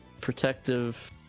protective